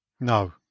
No